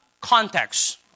context